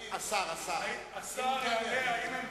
לסדר-היום.